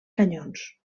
canyons